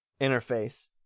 interface